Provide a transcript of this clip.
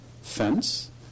fence